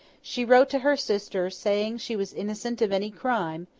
she wrote to her sister, saying she was innocent of any crime,